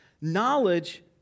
Knowledge